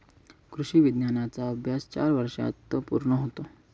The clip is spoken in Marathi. कृषी विज्ञानाचा अभ्यास चार वर्षांत पूर्ण होतो